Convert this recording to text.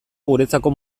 guretzako